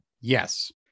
Yes